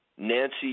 Nancy